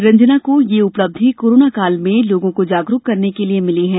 रंजना को यह उपलब्धि कोरोना काल में लोगों को जागरूक करने के लिए मिली है